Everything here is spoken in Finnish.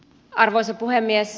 arvoisa puhemies